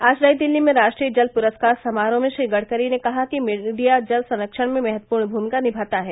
आज नई दिल्ली में राष्ट्रीय जल प्रस्कार समारोह में श्री गडकरी ने कहा कि मीडिया जल संरक्षण में महत्वपूर्ण भूमिका निमाता है